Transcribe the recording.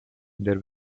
their